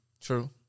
True